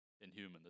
inhuman